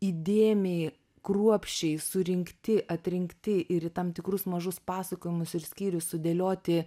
įdėmiai kruopščiai surinkti atrinkti ir į tam tikrus mažus pasakojimus ir skyrius sudėlioti